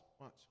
watch